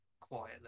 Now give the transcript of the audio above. quietly